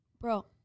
Bro